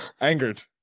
angered